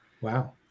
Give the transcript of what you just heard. Wow